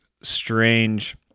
strange